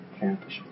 campus